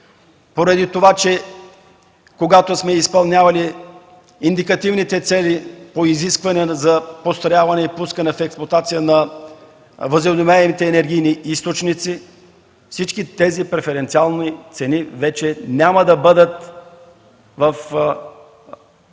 поради това че когато сме изпълнявали индикативните цели по изисквания за отстраняване и пускане в експлоатация на възобновяемите енергийни източници, всички тези преференциални цени вече няма да бъдат в системата